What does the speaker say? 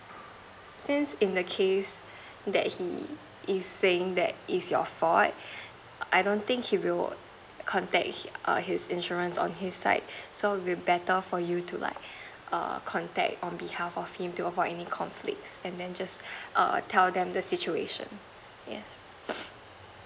since in the case that he is saying that it's your fault I don't think he will contact err his insurance on his side so we better for you to like err contact on behalf of him to avoid any conflicts and then just err tell them the situation yes